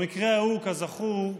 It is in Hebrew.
במקרה ההוא, כזכור,